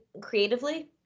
Creatively